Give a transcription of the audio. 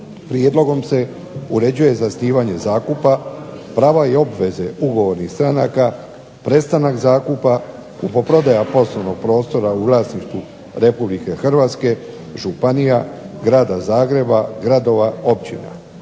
Prijedlogom se uređuje zasnivanje zakupa, prava i obveze ugovornih stranaka, prestanak zakupa, kupoprodaja poslovnog prostora u vlasništvu Republike Hrvatske, županija, Grada Zagreba, gradova, općina.